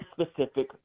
specific